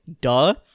Duh